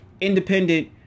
independent